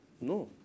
No